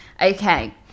Okay